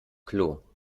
klo